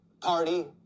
party